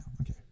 okay